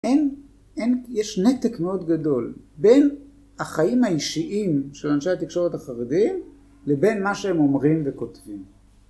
אין, אין, יש נתק מאוד גדול בין החיים האישיים של אנשי התקשורת החרדים לבין מה שהם אומרים וכותבים.